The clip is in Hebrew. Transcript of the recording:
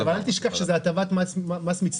אל תשכח שזאת הטבת מס מצטברת.